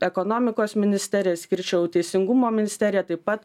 ekonomikos ministeriją išskirčiau teisingumo ministeriją taip pat